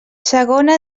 segona